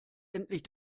endlich